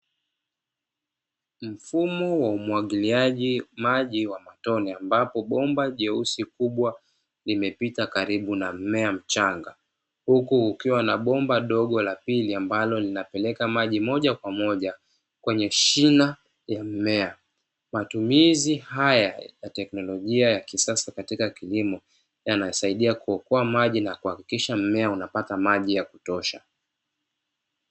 Mfumo wa umwagiliaji maji wa matone, ambapo bomba jeusi kubwa limepita karibu na mmea mchanga, huku kukiwa na bomba dogo la pili ambalo linapeleka maji moja kwa moja kwenye shina la mmea. Matumizi haya ya teknolojia ya kisasa katika kilimo yanasaidia kuokoa maji na kuhakikisha mmea unapata maji ya kutosha.